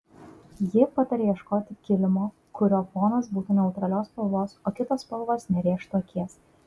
ji pataria ieškoti kilimo kurio fonas būtų neutralios spalvos o kitos spalvos nerėžtų akies